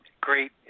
great